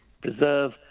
preserve